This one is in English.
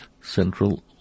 central